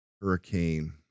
hurricane